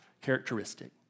characteristic